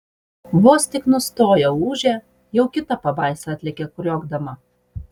vos tik nustoja ūžę jau kita pabaisa atlekia kriokdama